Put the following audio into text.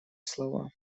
слова